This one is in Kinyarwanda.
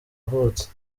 uvutse